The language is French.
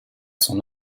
son